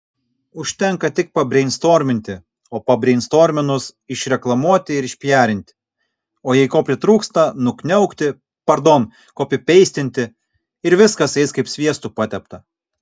užtenka tik pabreinstorminti o pabreinstorminus išreklamuoti ir išpijarinti o jei ko pritrūksta nukniaukti pardon kopipeistinti ir viskas eis kaip sviestu patepta